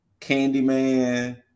Candyman